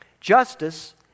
Justice